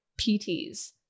PTs